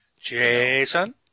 Jason